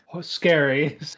scary